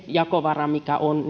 jakovaran mikä on